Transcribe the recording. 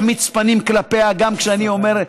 ואתה לא תחמיץ פנים כלפיה גם כשאני אומר,